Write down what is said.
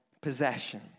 Possession